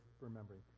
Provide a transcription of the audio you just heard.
remembering